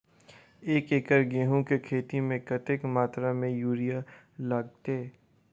एक एकड़ गेंहूँ केँ खेती मे कतेक मात्रा मे यूरिया लागतै?